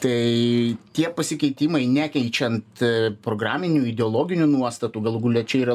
tai tie pasikeitimai nekenčiant programinių ideologinių nuostatų galų gale čia yra